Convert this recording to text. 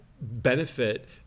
benefit